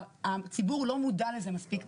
הציבור לא מודע לזה מספיק.